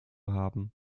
haben